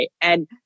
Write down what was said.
And-